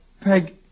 Peg